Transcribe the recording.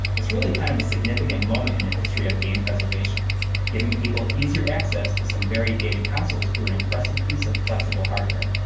it's really kind of a significant moment in the history of game preservation giving people easier access to some very dated consoles through an impressive piece of flexible hardware.